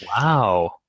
Wow